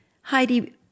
Heidi